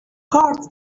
cards